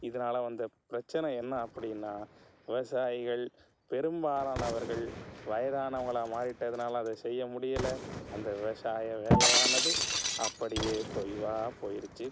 இதனால வந்த பிரச்சின என்ன அப்படினா விவசாயிகள் பெரும்பாலானவர்கள் வயதானவங்களா மாறிட்டதுனால் அதை செய்ய முடியல அந்த விவசாய வேலையானது அப்படியே தொய்வாக போயிருச்சு